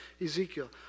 Ezekiel